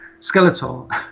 Skeletor